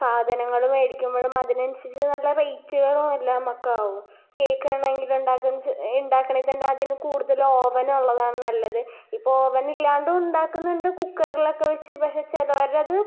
സാധനങ്ങള് മേടിക്കുമ്പോഴും അതിന് അനുസരിച്ച് നല്ല റേറ്റുകളാണ് എല്ലാം ഒക്കെ ആകും കേക്കാണെങ്കിൽ ഉണ്ടാക്കുന്നത് എന്ന് വെച്ചാൽ ഉണ്ടാക്കണമെങ്കിൽ തന്നെ അതിന് കൂടുതലും ഓവൻ ഉള്ളതാണ് നല്ലത് ഇപ്പോൾ ഓവനില്ലാണ്ടും ഉണ്ടാക്കുന്നുണ്ട് കുക്കറിലൊക്കെ വെച്ച് പക്ഷേ ചിലവരുടേത്